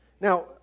Now